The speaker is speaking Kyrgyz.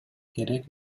керек